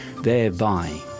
thereby